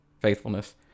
faithfulness